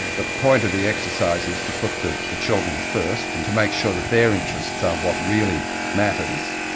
the point of the exercise is to put the the children first and to make sure that their interests are what really matters,